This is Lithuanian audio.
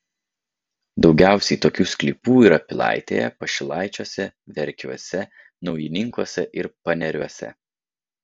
daugiausiai tokių sklypų yra pilaitėje pašilaičiuose verkiuose naujininkuose ir paneriuose